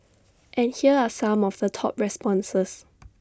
and here are some of the top responses